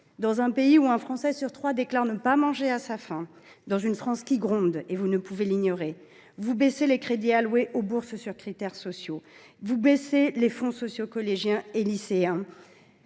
Dans un pays où un Français sur trois déclare ne pas manger à sa faim, dans une France qui gronde – vous ne pouvez l’ignorer –, vous baissez les crédits alloués aux bourses sur critères sociaux ; vous baissez les fonds sociaux collégiens et lycéens,